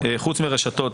חוץ מרשתות.